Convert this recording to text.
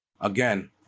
Again